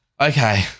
Okay